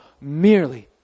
merely